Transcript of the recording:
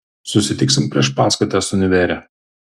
susitiksim prieš paskaitas univere